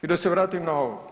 I da se vratim na ovo.